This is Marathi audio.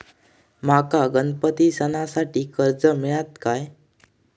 माका गणपती सणासाठी कर्ज मिळत काय?